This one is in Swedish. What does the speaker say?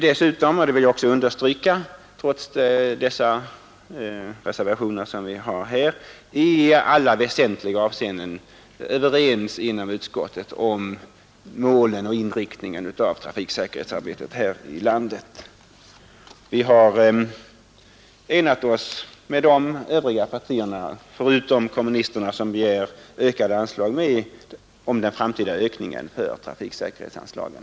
Dessutom vill jag understryka att det trots reservationerna i alla väsentliga avseenden har blivit enighet inom utskottet rörande målen för och inriktningen av trafiksäkerhetsarbetet här i landet. Vi har enat oss med de övriga partierna — utom med kommunisterna, som har begärt en ökning av de aktuella trafiksäkerhetsanslagen.